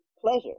pleasure